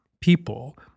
people